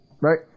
Right